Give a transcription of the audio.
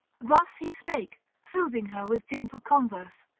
thus he spake, soothing her with gentle converse.